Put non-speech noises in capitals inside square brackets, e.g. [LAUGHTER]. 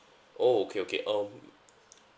oh okay okay um [NOISE]